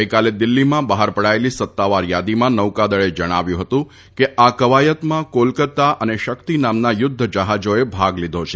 ગઈકાલે દિલ્ફીમાં બફાર પડાયેલી સત્તાવાર થાદીમાં નૌકાદળે જણાવ્યું હતું કે આ કવાયતમાં કોલકતા તથા શેરેક્ત નામના યુદ્ધજફાજાએ ભાગ લીધો છે